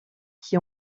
qui